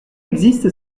existent